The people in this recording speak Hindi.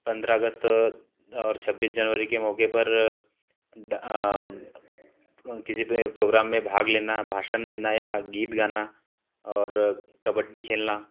पन्द्रह अगस्त और छब्बीस जनवरी के मौके पर किसी भी प्रोग्राम में भाग लेना भाषण देना या गीत गाना और कबड्डी खेलना